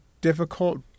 difficult